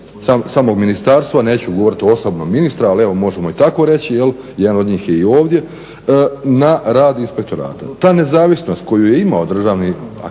samog ministarstva neću govoriti osobno ministra ali recimo možemo i tako reći, jedan od njih je i ovdje na rad inspektorata. Ta nezavisnost koju je imao državni a kolka